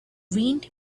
wind